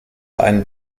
einen